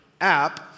app